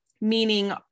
meaning